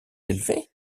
élevés